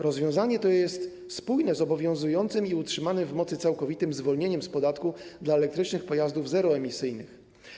Rozwiązanie to jest spójne z obowiązującym i utrzymanym w mocy całkowitym zwolnieniem z podatku elektrycznych pojazdów zeroemisyjnych.